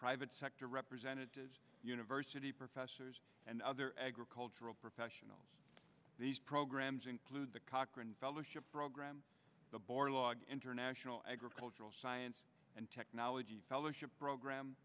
private sector representatives university professors and other agricultural professionals these programs include the cochrane fellowship program the boer log international agricultural science and technology fellowship program